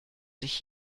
sich